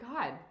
God